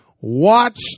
Watch